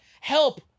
help